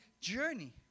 journey